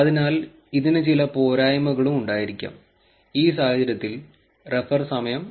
അതിനാൽ ഇതിന് ചില പോരായ്മകളും ഉണ്ടായിരിക്കാം ഈ സാഹചര്യത്തിൽ റഫർ സമയം 0739